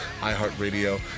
iHeartRadio